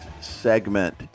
segment